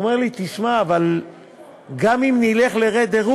והוא אומר לי: תשמע, אבל גם אם נלך לרה-דירוג,